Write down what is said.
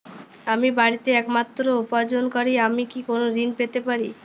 আমি বাড়িতে একমাত্র উপার্জনকারী আমি কি কোনো ঋণ পেতে পারি?